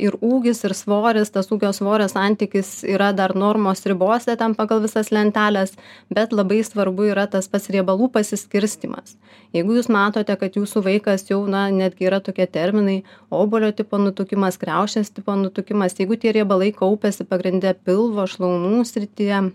ir ūgis ir svoris tas ūgio svorio santykis yra dar normos ribose ten pagal visas lenteles bet labai svarbu yra tas pats riebalų pasiskirstymas jeigu jūs matote kad jūsų vaikas jau na netgi yra tokie terminai obuolio tipo nutukimas kriaušės tipo nutukimas jeigu tie riebalai kaupiasi pagrinde pilvo šlaunų srityje